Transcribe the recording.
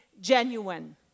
genuine